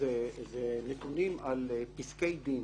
נתונים על פסקי דין